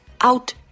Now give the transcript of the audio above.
out